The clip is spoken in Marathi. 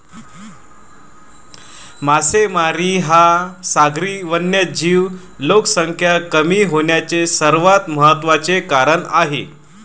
मासेमारी हा सागरी वन्यजीव लोकसंख्या कमी होण्याचे सर्वात महत्त्वाचे कारण आहे